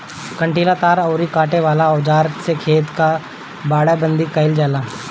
कंटीला तार अउरी काटे वाला औज़ार से खेत कअ बाड़ेबंदी कइल जाला